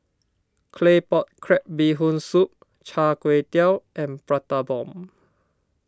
Claypot Crab Bee Hoon Soup Char Kway Teow and Prata Bomb